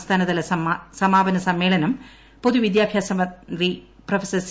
സംസ്ഥാനതല സമാപനസമ്മേളനം പൊതൂവിദ്യാഭ്യാസമന്ത്രി പ്രൊഫ സി